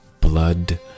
blood